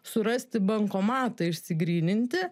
surasti bankomatą išsigryninti